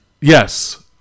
yes